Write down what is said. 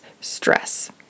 stress